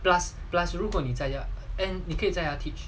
plus plus 如果你在家 and are 这样 teach